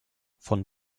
von